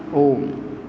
ओम्